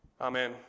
Amen